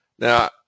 Now